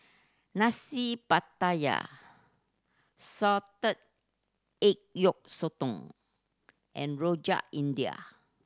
Nasi Pattaya salted egg yolk sotong and Rojak India